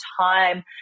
time